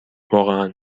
واقعا